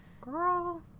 girl